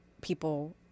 people